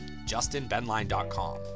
justinbenline.com